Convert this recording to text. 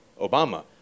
Obama